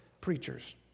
preachers